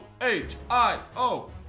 H-I-O